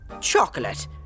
Chocolate